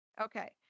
Okay